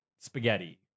spaghetti